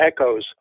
echoes